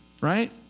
right